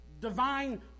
divine